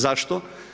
Zašto?